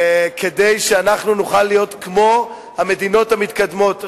כדי שאנחנו נוכל להיות כמו המדינות המתקדמות.